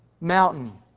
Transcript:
mountain